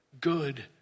good